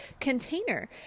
container